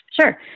Sure